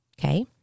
okay